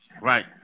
right